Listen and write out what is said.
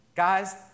Guys